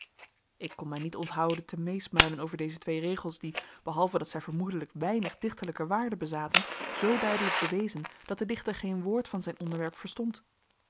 ik kon mij niet onthouden te meesmuilen over deze twee regels die behalve dat zij vermoedelijk weinig dichterlijke waarde bezaten zoo duidelijk bewezen dat de dichter geen woord van zijn onderwerp verstond